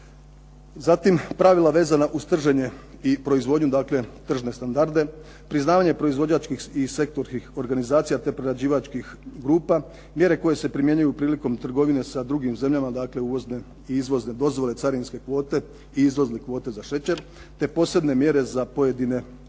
Zatim pravila vezana uz trženje i proizvodnju, dakle tržne standarde, priznavanje proizvođačkih i sektorskih organizacija te prerađivačkih grupa, mjere koje se primjenjuju prilikom trgovine sa drugim zemljama, dakle uvozne i izvozne dozvole, carinske kvote i izvozne kvote za šećer te posebne mjere za pojedine sektore.